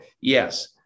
yes